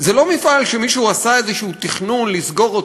זה לא מפעל שמישהו עשה איזשהו תכנון לסגור אותו,